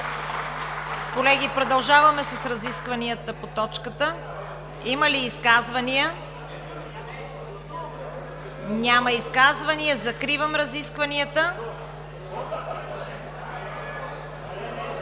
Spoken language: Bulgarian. Колеги, продължаваме с разискванията по точката. Има ли изказвания? Няма. Закривам разискванията.